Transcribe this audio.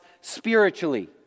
spiritually